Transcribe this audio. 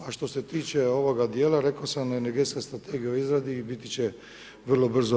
A što se tiče ovoga dijela, rekao sam energetska strategija je u izradi i biti će vrlo brzo